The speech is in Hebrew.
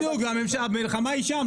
(חבר הכנסת אביר קארה יוצא מחדר הוועדה) המלחמה היא שם,